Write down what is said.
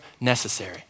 necessary